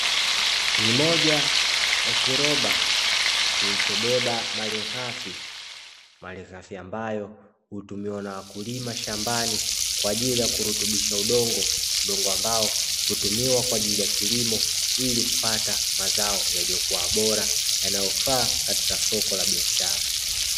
Ni moja ya kiroba kichobeba malighafi. Malighafi ambayo hutumiwa na wakulima shambani kwa ajili ya kurutubisha udongo. Udongo ambao hutumiwa kwa ajili kilimo ili kupata mazao yaliyokuwa bora yanayofaa katika soko la biashara.